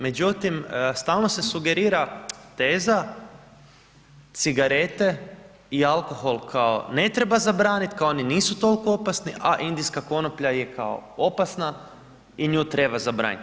Međutim, stalno se sugerira teza cigarete i alkohol kao ne treba zabraniti, kao oni nisu toliko opasni, a indijska konoplja je kao opasna i nju treba zabraniti.